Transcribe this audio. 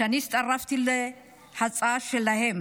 אני הצטרפתי להצעה שלהם